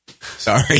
sorry